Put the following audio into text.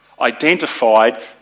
identified